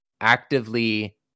actively